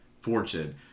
Fortune